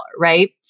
right